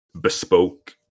bespoke